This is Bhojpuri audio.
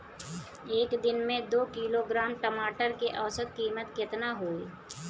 एक दिन में दो किलोग्राम टमाटर के औसत कीमत केतना होइ?